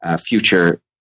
future